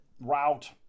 route